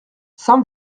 saint